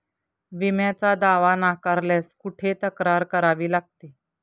विम्याचा दावा नाकारल्यास कुठे तक्रार करावी लागते?